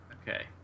okay